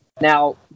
now